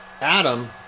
Adam